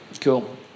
Cool